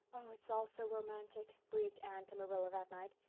oh, it's all so romantic, breathed anne to marilla that night.